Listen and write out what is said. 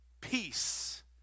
Peace